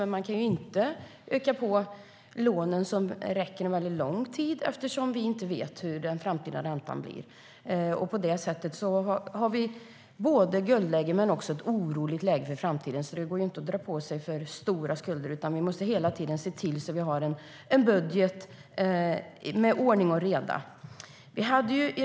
Men man kan inte öka på de långsiktiga lånen eftersom man inte vet hur den framtida räntan blir. På det sättet har vi både ett guldläge och ett oroligt läge inför framtiden, så det går inte att dra på sig för stora skulder. Vi måste hela tiden se till att det är ordning och reda i budgeten.